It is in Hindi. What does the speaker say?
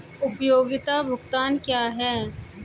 उपयोगिता भुगतान क्या हैं?